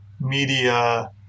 media